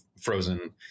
Frozen